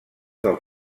del